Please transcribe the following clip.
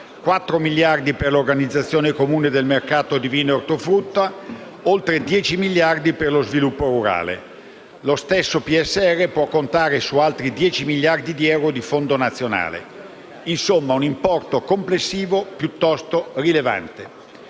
4 miliardi per l'organizzazione comune del mercato di vino e ortofrutta, oltre 10 miliardi per lo sviluppo rurale. Lo stesso PSR può contare su altri 10 miliardi di euro di Fondo nazionale. Insomma, si tratta di un importo complessivo piuttosto rilevante.